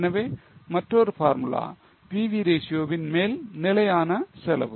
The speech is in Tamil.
எனவே மற்றொரு பார்முலா PV ratio ன் மேல் நிலையான செலவு